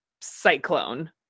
cyclone